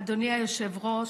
אדוני היושב-ראש,